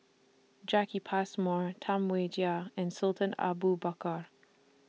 Jacki Passmore Tam Wai Jia and Sultan Abu Bakar